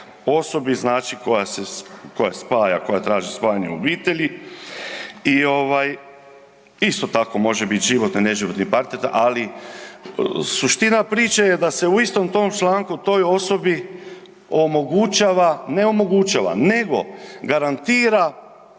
spaja, koja traži spajanje obitelji i ovaj isto tako može biti životni, neživotni partner, ali suština priče je da se u istom tom članku toj osobi omogućava, ne omogućava nego garantira